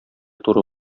туры